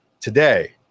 today